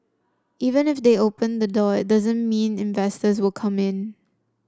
even if they open the door it doesn't mean investors will come in